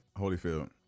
Holyfield